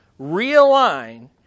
Realign